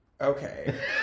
Okay